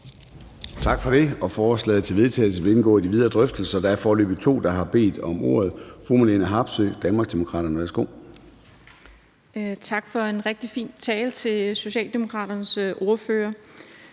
Tak for det. Forslaget til vedtagelse vil indgå i de videre drøftelser. Der er foreløbig to, der har bedt om ordet. Fru Marlene Harpsøe, Danmarksdemokraterne, værsgo. Kl. 11:00 Marlene Harpsøe (DD): Tak til Socialdemokraternes ordfører